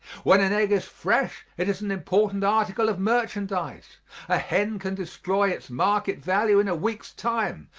when an egg is fresh it is an important article of merchandise a hen can destroy its market value in a week's time,